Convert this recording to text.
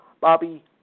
Bobby